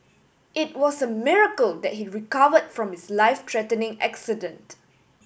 it was a miracle that he recover from his life threatening accident